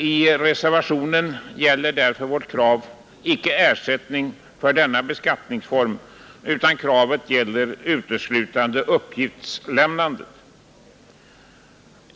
I reservationen gäller vårt krav därför icke ersättning för denna beskattningsform utan kravet avser uteslutande uppgiftslämnandet.